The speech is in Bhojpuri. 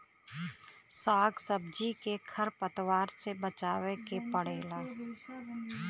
साग सब्जी के खर पतवार से बचावे के पड़ेला